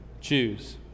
Choose